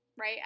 right